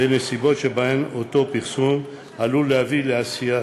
בנסיבות שבהן אותו פרסום עלול להביא לעשיית